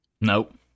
Nope